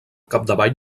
capdavall